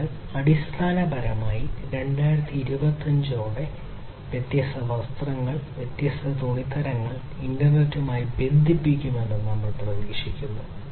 അതിനാൽ അടിസ്ഥാനപരമായി 2025 ഓടെ വ്യത്യസ്ത വസ്ത്രങ്ങൾ വ്യത്യസ്ത തുണിത്തരങ്ങൾ ഇന്റർനെറ്റുമായി ബന്ധിപ്പിക്കുമെന്ന് നമ്മൾപ്രതീക്ഷിക്കുന്നു